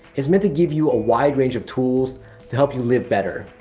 it's meant to give you a wide range of tools to help you live better.